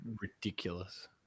ridiculous